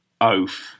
oath